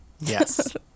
yes